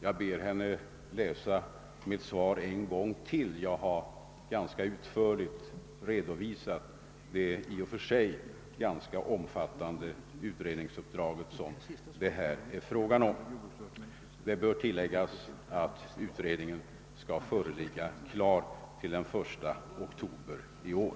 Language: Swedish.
Jag ber henne läsa mitt svar en gång till; jag har ganska utförligt redovisat det i och för sig ganska omfattande utredningsuppdrag som det här är fråga om. Det bör tilläggas att utredningen skall föreligga klar till den 1 oktober i år.